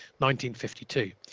1952